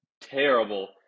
terrible